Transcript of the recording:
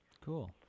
Cool